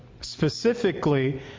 specifically